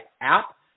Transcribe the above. app